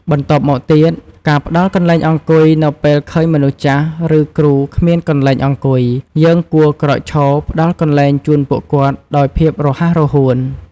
បន្ទាប់មកទៀត ការផ្ដល់កន្លែងអង្គុយ នៅពេលឃើញមនុស្សចាស់ ឬគ្រូគ្មានកន្លែងអង្គុយ យើងគួរក្រោកឈរផ្ដល់កន្លែងជូនពួកគាត់ដោយភាពរហ័សរហួន។